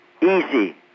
easy